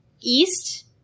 East